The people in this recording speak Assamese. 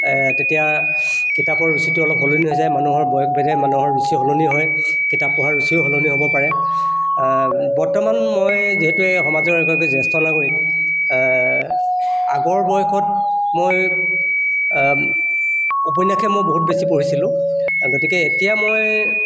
তেতিয়া কিতাপৰ ৰুচিটো অলপ সলনি হৈ যায় মানুহৰ বয়স ভেদে মানুহৰ ৰুচি সলনি হয় কিতাপ পঢ়াৰ ৰুচিও হ'লনি হ'ব পাৰে বৰ্তমান মই যিহেতু এই সমাজৰ এগৰাকী জ্যেষ্ঠ নাগৰিক আগৰ বয়সত মই উপন্যাসে মই বহুত বেছি পঢ়িছিলোঁ গতিকে এতিয়া মই